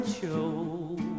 show